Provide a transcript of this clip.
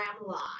live